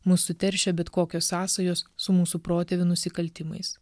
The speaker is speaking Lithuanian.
mus suteršia bet kokios sąsajos su mūsų protėvių nusikaltimais